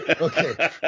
Okay